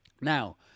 Now